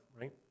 right